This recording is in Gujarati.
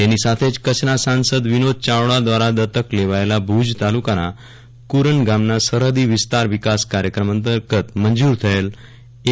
તેની સાથેજ કચ્છના સાંસદ વિનોદ ચાવડા દ્વારા દત્તક લેવાયેલા ભુજ તાલુકાના કુરન ગામના સરફદી વિસ્તાર કાર્યક્રમ અંતર્ગત મંજુર થયેલ રૂ